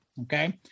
Okay